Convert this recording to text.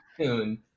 tune